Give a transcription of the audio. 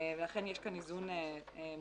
לכן יש כאן איזון מוצלח.